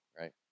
right